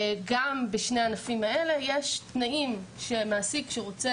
גם בשני הענפים האלה יש תנאים לפיהם מעסיק שרוצה